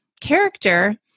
character